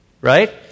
right